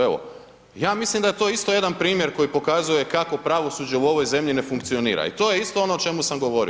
Evo ja mislim da je to isto jedan primjer koji pokazuje kako pravosuđe u ovoj zemlji ne funkcionira, i to je isto ono o čemu sam govorio.